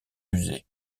musées